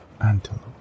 Antelope